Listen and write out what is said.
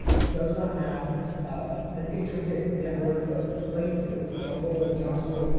it does not have an intricate network of plates that jumble and jostle,